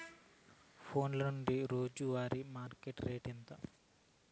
ఫోన్ల నుండి రోజు వారి మార్కెట్ రేటు ఎంత?